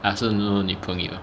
I also no 女朋友